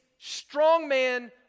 strongman